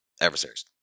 adversaries